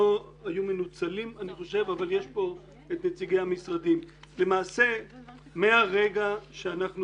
אני חושב שלא היו מנוצלים אבל נמצאים כאן נציגי המשרדים שיוכלו להתייחס.